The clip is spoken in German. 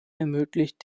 ermöglicht